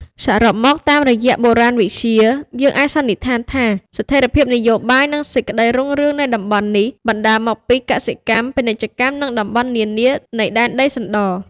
សរុបមកតាមរយៈបុរាណវិទ្យា យើងអាចសន្និដ្ឋានថា ស្ថេរភាពនយោបាយ និងសេចក្តីរុងរឿងនៃតំបន់នេះ បណ្តាលមកពីកសិកម្ម ពាណិជ្ជកម្ម និង តំបន់នានានៃ ដែនដីសណ្ដរ ។